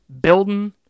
building